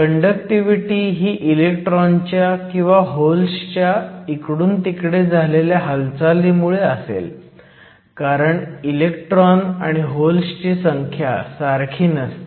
conductivity ही इलेक्ट्रॉनच्या किंवा होल्सच्या इकडून तिकडे झालेल्या हालचालीमुळे असेल कारण इलेक्ट्रॉन आणि होल्सची संख्या सारखी नसते